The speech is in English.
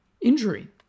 injury